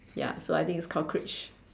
ya so I think it's cockroach